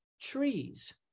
trees